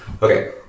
Okay